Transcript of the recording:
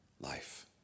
life